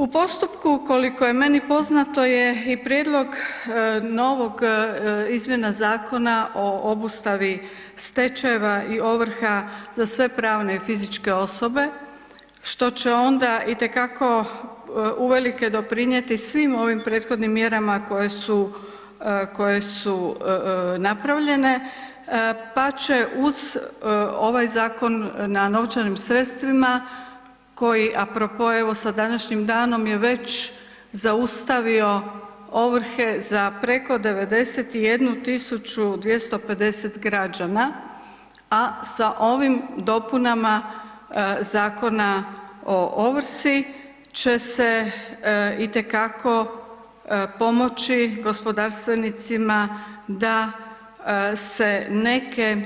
U postupku, koliko je meni poznato, je i prijedlog novog izmjena Zakona o obustavi stečajeva i ovrha za sve pravne i fizičke osobe, što će onda itekako uvelike doprinjeti svim ovim prethodnim mjerama koje su, koje su napravljene, pa će uz ovaj zakon na novčanim sredstvima koji apro po sa današnjim danom je već zaustavio ovrhe za preko 91250 građana, a sa ovim dopunama Zakona o ovrsi će se itekako pomoći gospodarstvenicima da se neke,